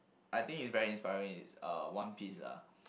I think it's very inspiring is uh one piece ah